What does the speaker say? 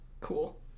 Cool